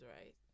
right